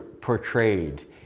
portrayed